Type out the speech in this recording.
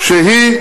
שהיא,